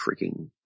freaking